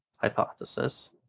hypothesis